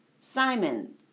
Simon